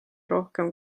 rohkem